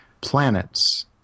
planets